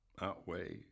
outweigh